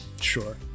sure